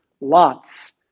lots